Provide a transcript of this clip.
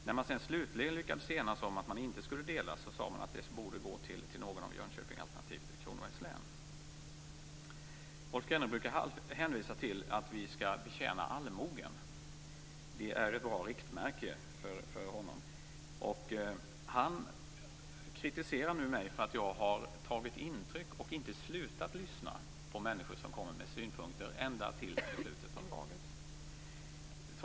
När man sedan slutligen hade lyckats enas om att länet inte skulle delas sade man att det borde ingå i antingen Jönköpings eller Kronobergs län. Rolf Kenneryd brukar hänvisa till att vi skall tjäna allmogen. Det är ett bra riktmärke för honom. Nu kritiserar han mig för att jag har tagit intryck av och fortsatt att lyssna på människor som kommit med synpunkter ända tills beslutet fattats.